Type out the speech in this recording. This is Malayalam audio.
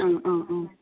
ആ ആ ആ